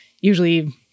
usually